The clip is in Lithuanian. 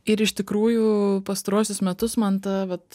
ir iš tikrųjų pastaruosius metus man ta vat